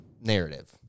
narrative